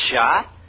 shot